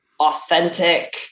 authentic